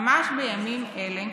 ממש בימים אלו